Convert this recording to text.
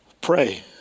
Pray